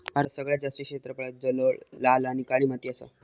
भारतात सगळ्यात जास्त क्षेत्रफळांत जलोळ, लाल आणि काळी माती असा